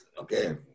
okay